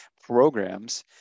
programs